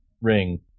ring